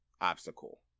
obstacle